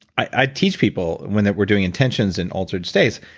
i teach people when they were doing intentions in altered states,